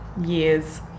years